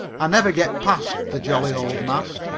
i never get past the jolly old mast,